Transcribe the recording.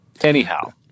Anyhow